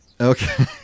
okay